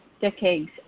decades